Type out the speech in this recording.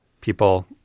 people